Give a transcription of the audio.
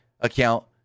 account